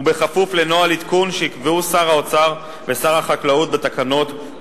וכפוף לנוהל עדכון שיקבעו שר האוצר ושר החקלאות בתקנות,